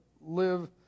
live